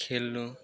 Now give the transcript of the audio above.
खेल्नु